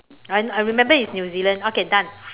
I I remember it's New Zealand okay done